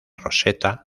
roseta